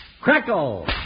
crackle